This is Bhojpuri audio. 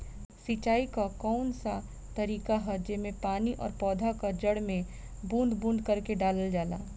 सिंचाई क कउन सा तरीका ह जेम्मे पानी और पौधा क जड़ में बूंद बूंद करके डालल जाला?